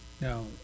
Now